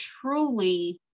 truly